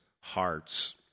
hearts